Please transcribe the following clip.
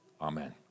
Amen